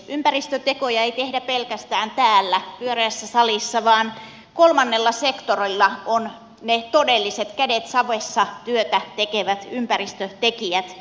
ympäristötekoja ei tehdä pelkästään täällä pyöreässä salissa vaan kolmannella sektorilla ovat ne todelliset kädet savessa työtä tekevät ympäristötekijät